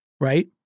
right